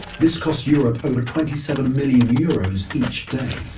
this costs europe over twenty seven million euros each day.